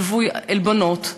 עלבונות,